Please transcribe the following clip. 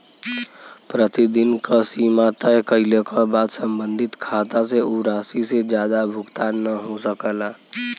प्रतिदिन क सीमा तय कइले क बाद सम्बंधित खाता से उ राशि से जादा भुगतान न हो सकला